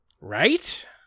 Right